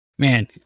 Man